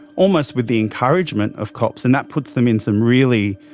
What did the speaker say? almost with the encouragement of cops, and that puts them in some really